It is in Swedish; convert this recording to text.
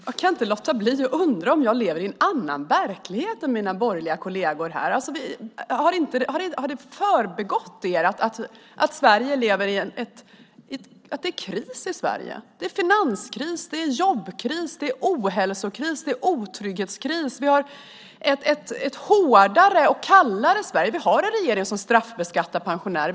Jag kan inte låta bli att undra om jag lever i en annan verklighet än mina borgerliga kolleger här. Har det förbigått er att det är kris i Sverige? Det är finanskris, det är jobbkris, det är ohälsokris och det är otrygghetskris. Vi har ett hårdare och ett kallare Sverige. Vi har en regering som straffbeskattar pensionärer.